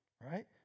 Right